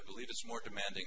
believe it's more demanding